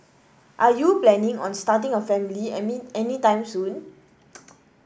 are you planning on starting a family any anytime soon